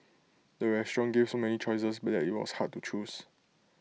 the restaurant gave so many choices that IT was hard to choose